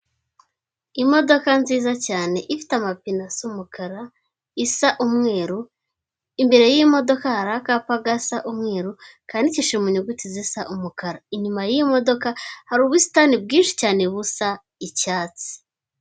Imodoka nziza cyane ifite amapine asa umukara, isa umweru imbere y'iyi modoka hari akapa gasa umweru kandidikishije mu nyuguti zisa umukara, inyuma y'iyi modoka hari ubusitani bwinshi cyane busa icyatsi.